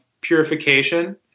purification